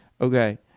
Okay